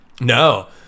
No